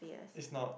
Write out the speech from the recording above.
is not